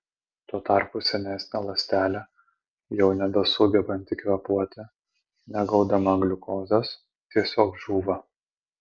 tuo tarpu senesnė ląstelė jau nebesugebanti kvėpuoti negaudama gliukozės tiesiog žūva